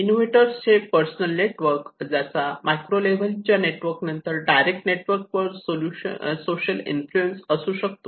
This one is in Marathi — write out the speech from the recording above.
इनोव्हेटर्स चे पर्सनल नेटवर्क ज्याचा मायक्रो लेव्हल च्या नेटवर्क नंतर डायरेक्ट नेटवर्क वर सोशल इन्फ्लुएन्स असू शकतो